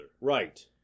Right